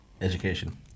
Education